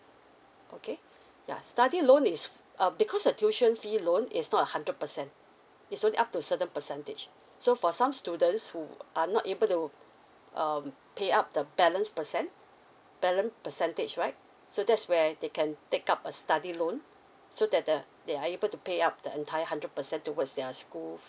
okay ya study loan is uh because the tuition fee loan is not a hundred percent it's only up to certain percentage so for some students who are not able to um pay up the balance percent balance percentage right so that's where they can take up a study loan so that uh they are able to pay up the entire hundred percent towards their school